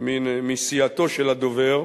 מסיעתו של הדובר,